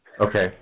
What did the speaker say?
okay